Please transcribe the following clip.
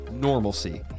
normalcy